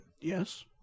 Yes